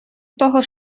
того